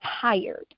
tired